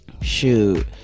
shoot